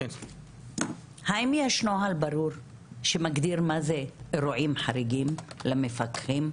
האם יש נוהל ברור שמגדיר מה זה אירועים חריגים למפקחים?